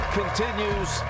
continues